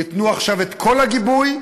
את כל הגיבוי,